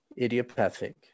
idiopathic